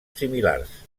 similars